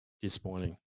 Disappointing